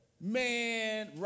Man